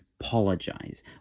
apologize